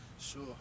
Sure